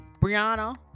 Brianna